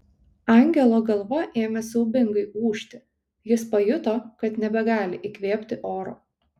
angelo galva ėmė siaubingai ūžti jis pajuto kad nebegali įkvėpti oro